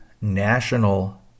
national